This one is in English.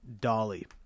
Dolly